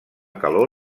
calor